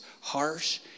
harsh